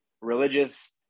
religious